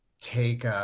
take